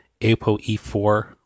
APOE4